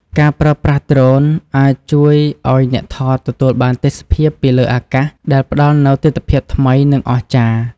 ការប្រើប្រាស់ Drone អាចជួយឲ្យអ្នកថតទទួលបានទេសភាពពីលើអាកាស ដែលផ្តល់នូវទិដ្ឋភាពថ្មី និងអស្ចារ្យ។